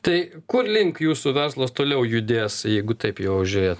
tai kur link jūsų verslas toliau judės jeigu taip jo žiūrėti